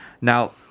Now